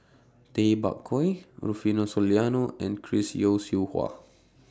Tay Bak Koi Rufino Soliano and Chris Yeo Siew Hua